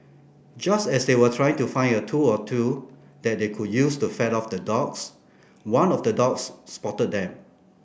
just as they were trying to find a tool or two that they could use to fend off the dogs one of the dogs spotted them